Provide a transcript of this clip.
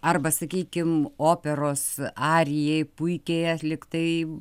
arba sakykim operos arijai puikiai atliktai